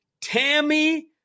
Tammy